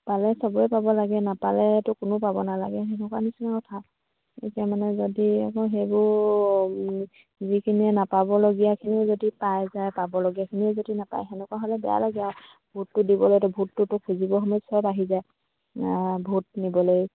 পালে চবে পাব লাগে নাপালেতো কোনো পাব নালাগে তেনেকুৱা নিচিনা কথা এতিয়া মানে যদি আকৌ সেইবোৰ যিখিনি নাপাবলগীয়াখিনিও যদি পাই যায় পাবলগীয়াখিনিয়ও যদি নাপায় তেনেকুৱা হ'লে বেয়া লাগে আৰু ভোটটো দিবলৈ ভোটটোতো খুজিব সময়ত চব আহি যায় ভোট নিবলৈ